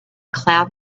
cloud